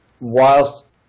whilst